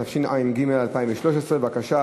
התשע"ג 2013. בבקשה,